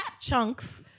Chunks